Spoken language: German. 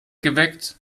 geweckt